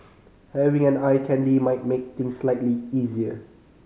having an eye candy might make things slightly easier